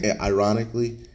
ironically